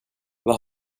vad